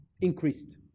Increased